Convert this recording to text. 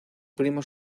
primo